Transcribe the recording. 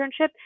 internship